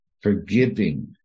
forgiving